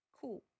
cool